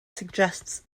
suggests